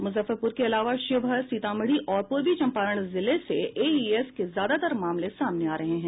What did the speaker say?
मुजफ्फरपुर के अलावा शिवहर सीतामढ़ी और पूर्वी चंपारण जिले से एईएस के ज्यादातर मामले सामने आ रहे हैं